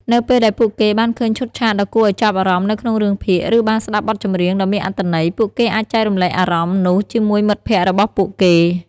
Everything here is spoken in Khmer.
នៅពេលដែលពួកគេបានឃើញឈុតឆាកដ៏គួរឲ្យចាប់អារម្មណ៍នៅក្នុងរឿងភាគ ឬបានស្តាប់បទចម្រៀងដ៏មានអត្ថន័យ ពួកគេអាចចែករំលែកអារម្មណ៍នោះជាមួយមិត្តភក្តិរបស់ពួកគេ។